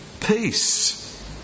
peace